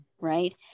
right